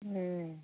হুম